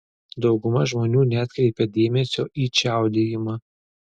dauguma žmonių neatkreipia dėmesio į čiaudėjimą